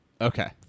okay